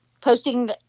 posting